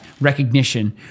recognition